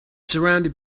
surrounded